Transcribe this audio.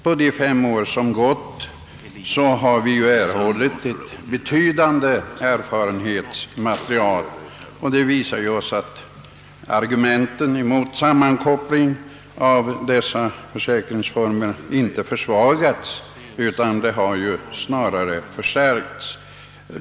På de fem år som har gått har vi ju erhållit ett betydande erfarenhetsmaterial, och argumenten mot sammankoppling av dessa försäkringsformer har inte försvagats, utan snarare skärpts.